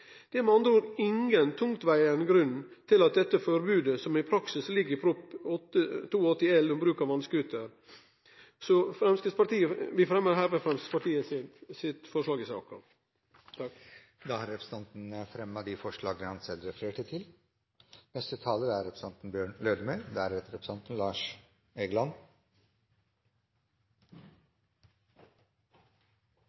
Det er med andre ord ingen tungtvegande grunn til dette forbodet som i praksis ligg i Prop. 82 L for 2012–2013 om bruk av vass-scooter. Eg fremjar hermed Framstegspartiet sitt forslag i saka. Representanten Oskar J. Grimstad har tatt opp det forslaget han refererte til. Bakgrunnen for denne saka er